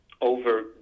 over